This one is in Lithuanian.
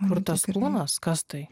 kur tas kūnas kas tai